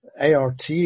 ART